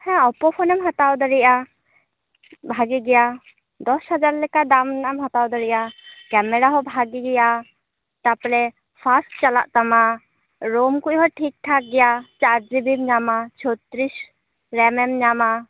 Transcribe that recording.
ᱦᱮ ᱚᱯᱳ ᱯᱷᱟᱹᱱᱮᱢ ᱦᱟᱛᱟᱣ ᱫᱟᱲᱮᱭᱟ ᱵᱷᱟᱜᱮ ᱜᱮᱭᱟ ᱫᱚᱥ ᱦᱟᱡᱟᱨ ᱞᱮᱠᱟ ᱫᱟᱢ ᱨᱮᱱᱟᱜᱼᱮᱢ ᱦᱟᱛᱟᱣ ᱫᱟᱲᱮᱭᱟ ᱠᱮᱢᱮᱨᱟ ᱦᱚᱸ ᱵᱷᱟᱜᱮ ᱜᱮᱭᱟ ᱛᱟᱯᱚᱨᱮ ᱯᱷᱟᱥᱴ ᱪᱟᱞᱟᱜ ᱛᱟᱢᱟ ᱨᱳᱢ ᱠᱚᱦᱚ ᱴᱷᱤᱠ ᱴᱷᱟᱠ ᱜᱮᱭᱟ ᱪᱟᱨ ᱡᱤᱵᱤᱢ ᱧᱟᱢᱟ ᱪᱷᱚᱛᱨᱤᱥ ᱨᱮᱢᱮᱢ ᱧᱟᱢᱟ